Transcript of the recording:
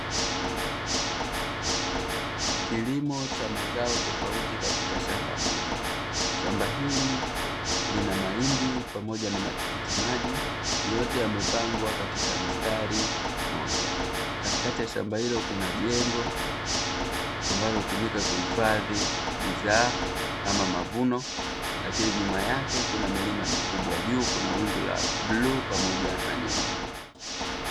Kilimo cha mazao tofauti katika shamba moja, shamba hili lina mahindi pamoja na matikiti maji yote yamepangwa katika mstari mmoja, katikati ya shamba hilo kuna jengo ambalo hutumika kuhifadhi bidhaa ama mavuno lakini nyuma yake kuna milima mikubwa, juu kuna wingu la bluu pamoja na nyeupe.